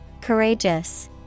courageous